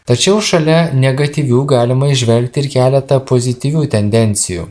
tačiau šalia negatyvių galima įžvelgti ir keletą pozityvių tendencijų